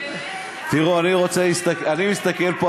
אדוני יושב-ראש הקואליציה.